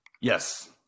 Yes